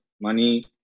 money